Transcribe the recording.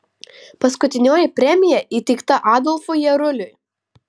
paskutinioji premija įteikta adolfui jaruliui